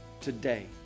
Today